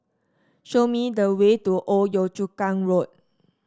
show me the way to Old Yio Chu Kang Road